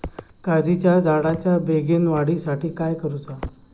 काजीच्या झाडाच्या बेगीन वाढी साठी काय करूचा?